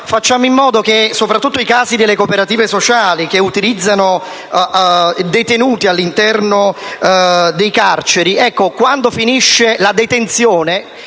in esame si riferisce soprattutto ai casi delle cooperative sociali che utilizzano detenuti all'interno delle carceri: quando finisce la detenzione,